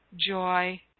joy